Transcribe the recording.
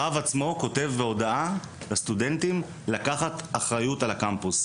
הרב עצמו כותב בהודעה לסטודנטים לקחת אחריות על הקמפוס.